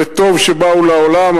וטוב שבאו לעולם,